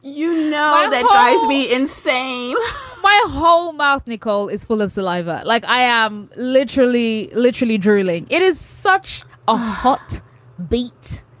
you know, that drives me insane my whole mouth, nicole, is full of saliva. like i am literally, literally drooling it is such a hot beat.